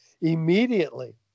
immediately